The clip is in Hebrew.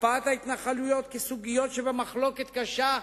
הקפאת ההתנחלויות כסוגיות שבמחלוקת קשה,